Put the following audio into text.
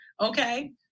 okay